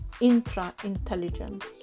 intra-intelligence